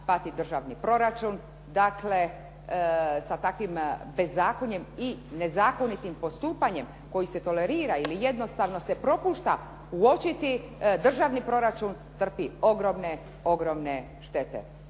pati državni proračun. Dakle, sa takvim bezakonjem i nezakonitim postupanjem koji se tolerira ili jednostavno se propušta uočiti državni proračun trpi ogromne štete.